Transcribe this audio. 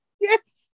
Yes